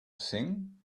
sing